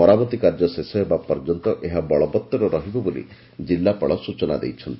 ମରାମତି କାର୍ଯ୍ୟ ଶେଷ ହେବା ପର୍ଯ୍ୟନ୍ତ ଏହା ବଳବତ୍ତର ରହିବ ବୋଲି ଜିଲ୍ଲାପାଳ ସୂଚନା ଦେଇଛନ୍ତି